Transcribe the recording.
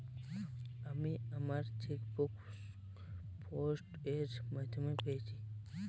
আমি আমার chequebook post এর মাধ্যমে পেয়েছি